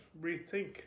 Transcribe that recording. rethink